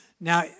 Now